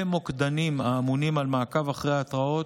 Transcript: ומוקדנים האמונים על מעקב אחרי התראות,